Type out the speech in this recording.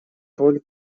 роль